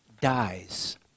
dies